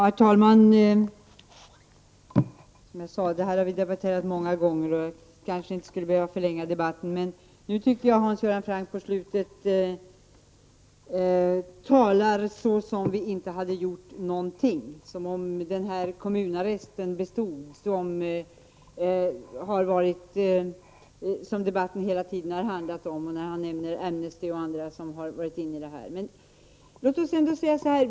Herr talman! Som jag sade har vi debatterat det här många gånger, och jag kanske inte skulle förlänga debatten. Men nu tycker jag att Hans Göran Franck på slutet talar som om vi inte hade gjort någonting, som om kommunarresten bestod, och han nämner Amnesty och andra som deltagit i debatten.